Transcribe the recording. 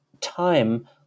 time